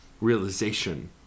realization